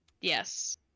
Yes